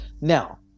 Now